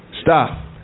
stop